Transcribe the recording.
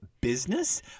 business